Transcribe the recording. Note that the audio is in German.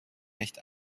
recht